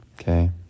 Okay